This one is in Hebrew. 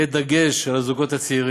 יהיה דגש על הזוגות הצעירים,